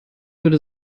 würde